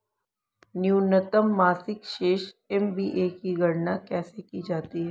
न्यूनतम मासिक शेष एम.ए.बी की गणना कैसे की जाती है?